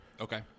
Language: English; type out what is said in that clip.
Okay